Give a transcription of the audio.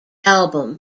album